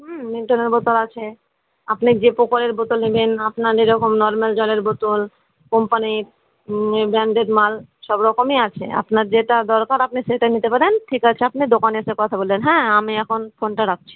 হুম মিল্টনের বোতল আছে আপনি যে প্রকারের বোতল নিবেন আপনার যেরকম নরমাল জলের বোতল কোম্পানি ব্রান্ডেড মাল সব রকমই আছে আপনার যেটা দরকার আপনি সেইটা নিতে পারেন ঠিক আছে আপনি দোকানে এসে কথা বলেন হ্যাঁ আমি এখন ফোনটা রাখছি